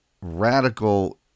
radical